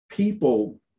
People